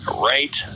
right